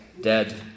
dead